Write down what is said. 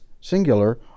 singular